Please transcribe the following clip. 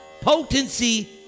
potency